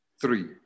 three